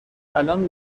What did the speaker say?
الان